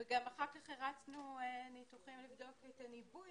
גם אחר כך הרצנו ניתוחים לבדוק את הניבוי